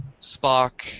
Spock